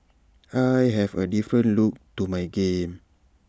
I have A different look to my game